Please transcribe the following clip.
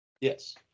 Yes